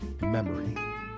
memory